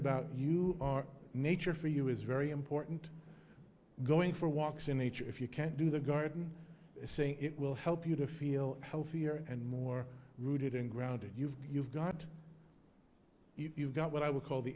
about our nature for you is very important going for walks in nature if you can't do the garden say it will help you to feel healthier and more rooted and grounded you've you've got you've got what i would call the